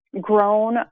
grown